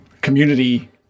community